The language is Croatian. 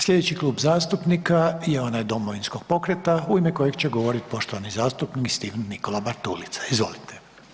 Slijedeći Klub zastupnika je onaj Domovinskog pokreta u ime kojeg će govoriti poštovani zastupnik Stephen Nikola Bartulica, izvolite.